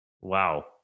Wow